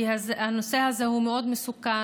כי הנושא הזה הוא מאוד מסוכן,